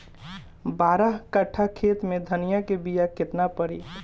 बारह कट्ठाखेत में धनिया के बीया केतना परी?